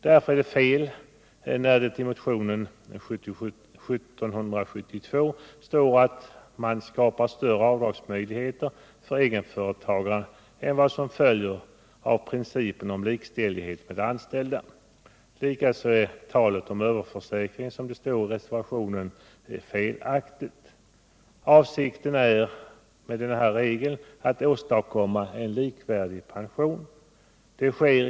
Därför är det fel när det i motionen 1772 står att man skapar större avdragsmöjligheter för egenföretagarna än vad som följer av principen om likställigheten med de anställda. Likaså är talet om överförsäkring — som det står i reservationen — felaktigt. Avsikten med regeln är att åstadkomma en likvärdig pension.